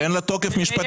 שאין לה תוקף משפטי.